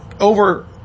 over